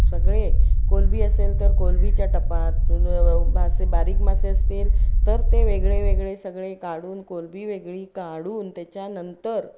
सगळे कोळंबी असेल तर कोळंबीच्या टपात आणि मासे बारीक मासे असतील तर ते वेगळे वेगळे सगळे काढून कोळंबी वेगळी काढून त्याच्यानंतर